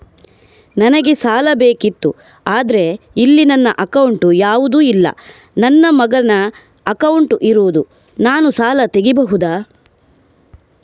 ನನಗೆ ಸಾಲ ಬೇಕಿತ್ತು ಆದ್ರೆ ಇಲ್ಲಿ ನನ್ನ ಅಕೌಂಟ್ ಯಾವುದು ಇಲ್ಲ, ನನ್ನ ಮಗನ ಅಕೌಂಟ್ ಇರುದು, ನಾನು ಸಾಲ ತೆಗಿಬಹುದಾ?